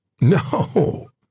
No